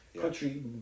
country